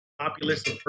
Populist